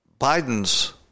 Biden's